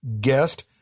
guest